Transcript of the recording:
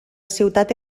ciutat